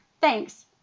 thanks